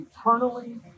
eternally